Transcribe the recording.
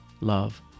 love